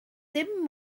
dim